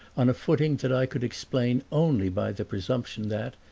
on a footing that i could explain only by the presumption that,